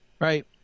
right